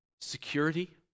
security